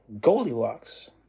Goldilocks